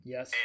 Yes